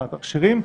על המכשירים,